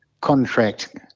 contract